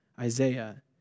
Isaiah